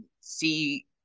see